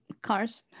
Cars